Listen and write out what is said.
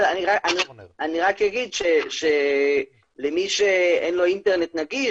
אני רק אומר שלמי אין אינטרנט נגיש,